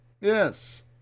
Yes